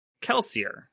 Kelsier